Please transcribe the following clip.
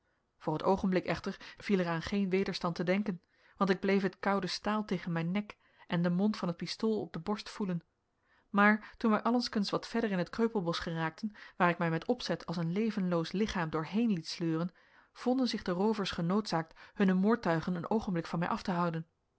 voor het oogenblik echter viel er aan geen wederstand te denken want ik bleef het koude staal tegen mijn nek en den mond van het pistool op de borst voelen maar toen wij allengskens wat verder in het kreupelbosch geraakten waar ik mij met opzet als een levenloos lichaam doorheen liet sleuren vonden zich de roovers genoodzaakt hunne moordtuigen een oogenblik van mij af te houden